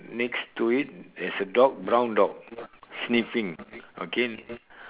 next to it is a dog brown dog sniffing okay